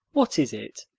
what is it?